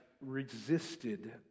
resisted